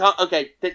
Okay